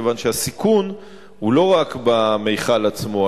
כיוון שהסיכון הוא לא רק במכל עצמו,